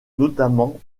notamment